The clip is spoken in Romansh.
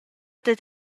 dad